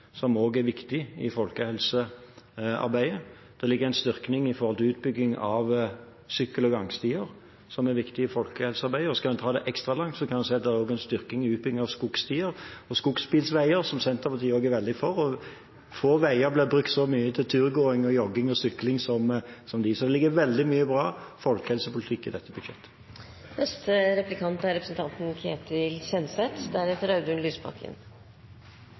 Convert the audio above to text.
som også er viktig i folkehelsearbeidet. Det ligger en styrking knyttet til utbyggingen av sykkel- og gangstier, som er viktig i folkehelsearbeidet. Og skal en ta det ekstra langt, kan jeg også si at det er en styrking av utbyggingen av skogstier og skogsbilveier, som Senterpartiet også er veldig for. Få veier blir brukt så mye til turgåing, jogging og sykling som dem. Så det ligger veldig mye bra folkehelsepolitikk i dette